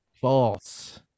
false